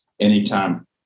anytime